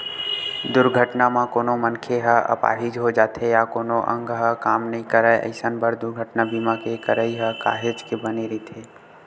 दुरघटना म कोनो मनखे ह अपाहिज हो जाथे या कोनो अंग ह काम नइ करय अइसन बर दुरघटना बीमा के करई ह काहेच के बने रहिथे